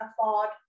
afford